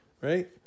right